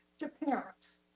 to parents,